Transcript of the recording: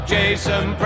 Jason